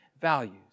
values